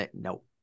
Nope